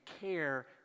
care